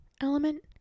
element